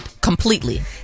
Completely